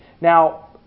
Now